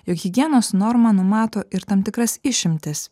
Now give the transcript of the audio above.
jog higienos norma numato ir tam tikras išimtis